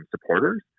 supporters